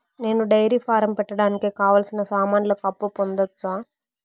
నేను dairy farm పెట్టడానికి కావాల్సిన సామాన్లకు అప్పు పొందొచ్చా?